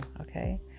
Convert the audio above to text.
okay